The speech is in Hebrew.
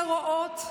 שרואות,